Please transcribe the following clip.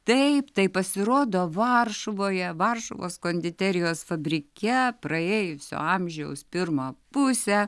taip taip pasirodo varšuvoje varšuvos konditerijos fabrike praėjusio amžiaus pirmą pusę